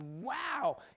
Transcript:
wow